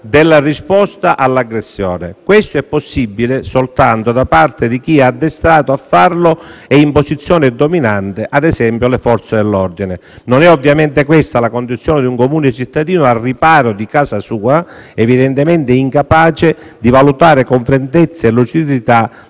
della risposta all'aggressione. Questo è possibile soltanto da parte di chi è addestrato a farlo e in posizione dominante: ad esempio, le Forze dell'ordine. Non è ovviamente questa la condizione di un comune cittadino, al riparo della propria casa, evidentemente incapace di valutare con freddezza e lucidità